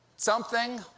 something.